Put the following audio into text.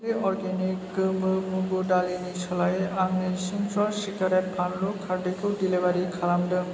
organic गोमो मुगु दालिनि सोलायै आंनो चिंस' सिक्रेट फानलु खारदैखौ डेलिबारि खालामदों